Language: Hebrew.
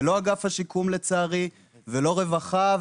לא אגף השיקום לצערי ולא רווחה,